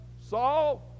Saul